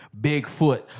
Bigfoot